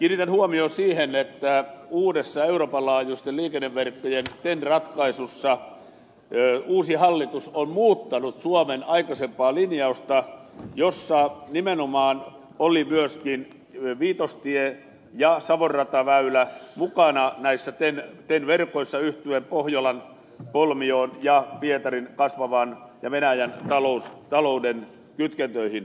kiinnitän huomion siihen että uudessa euroopan laajuisten liikenneverkkojen ten ratkaisussa uusi hallitus on muuttanut suomen aikaisempaa linjausta jossa nimenomaan oli myöskin viitostie ja savonrata väylä mukana näissä ten verkoissa yhtyen pohjolan kolmioon ja pietarin kasvavan talouden ja venäjän talouden kytkentöihin